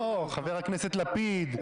או חבר הכנסת לפיד.